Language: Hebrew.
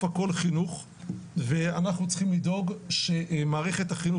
הכל חינוך ואנחנו צריכים לדאוג שמערכת החינוך,